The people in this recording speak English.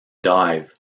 dive